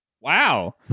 Wow